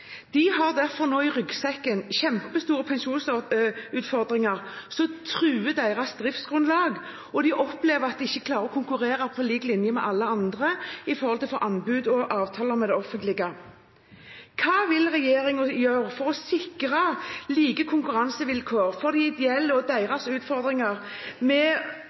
De har derfor nå i ryggsekken kjempestore pensjonsutfordringer som truer deres driftsgrunnlag, og de opplever at de ikke klarer å konkurrere på lik linje med alle andre når det gjelder å få anbud og avtaler med det offentlige. Hva vil regjeringen gjøre for å sikre like konkurransevilkår for de ideelle og deres utfordringer med